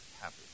happy